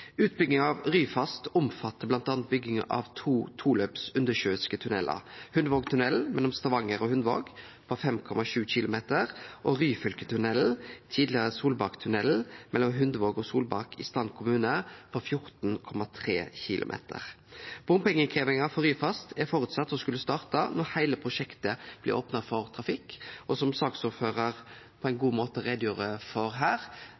Utbygginga av Ryfast omfattar bl.a. bygginga av to toløps undersjøiske tunnelar: Hundvågtunnelen, mellom Stavanger og Hundvåg, på 5,7 kilometer, og Ryfylketunnelen, tidlegare Solbakktunnelen, mellom Hundvåg og Solbakk i Strand kommune, på 14,3 kilometer. Bompengeinnkrevjinga for Ryfast er føresett å skulle starte når heile prosjektet blir opna for trafikk. Og som saksordføraren på ein god måte gjorde greie for her,